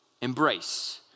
embrace